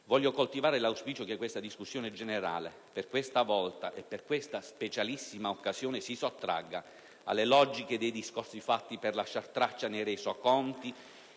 Voglio coltivare l'auspicio che questa discussione generale, per questa volta e per questa specialissima occasione, si sottragga alle logiche dei discorsi fatti per lasciare traccia nei resoconti;